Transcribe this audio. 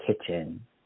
kitchen